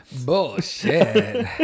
Bullshit